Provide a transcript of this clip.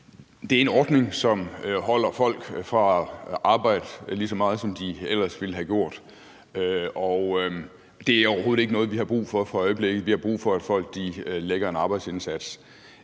Det er en ordning, som holder folk fra at arbejde lige så meget, som de ellers ville have gjort. Det er overhovedet ikke noget, vi har brug for i øjeblikket. Vi har brug for, at folk lægger en arbejdsindsats.